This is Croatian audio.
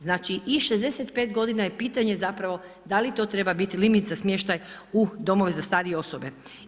Znači i 65 godina je pitanje da li to treba biti limit za smještaj u domove za starije osobe.